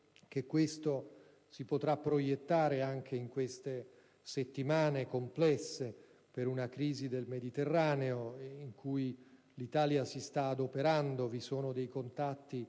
che tutto ciò si potrà proiettare anche in queste settimane complesse per una crisi del Mediterraneo, in cui l'Italia si sta adoperando. Vi sono contatti